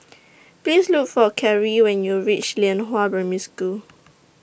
Please Look For Kerry when YOU REACH Lianhua Primary School